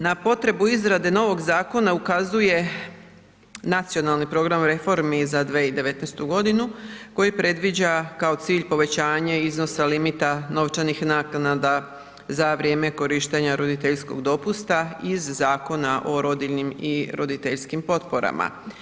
Na potrebu izradu novog zakona ukazuje nacionalni program reformi za 2019. g. koji predviđa kao cilj povećanje iznosa limita novčanih naknada za vrijeme korištenje roditeljskog dopusta iz Zakona o rodiljnim i roditeljskim potporama.